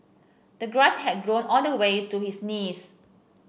the grass had grown all the way to his knees